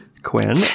Quinn